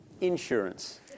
Insurance